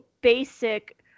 basic